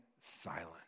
silent